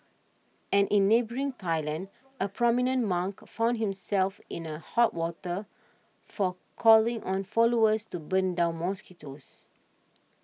and in neighbouring Thailand a prominent monk found himself in a hot water for calling on followers to burn down mosquitoes